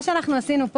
מה שעשינו פה